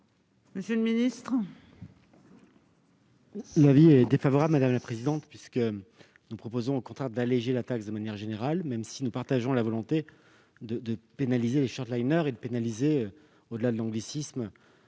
monsieur le ministre,